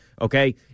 Okay